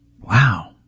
Wow